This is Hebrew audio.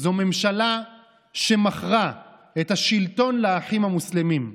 זו ממשלה שמכרה את השלטון לאחים המוסלמים.